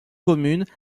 communes